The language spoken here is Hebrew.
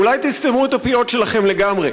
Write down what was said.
אולי תסתמו את הפיות שלכם לגמרי,